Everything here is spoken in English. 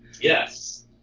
Yes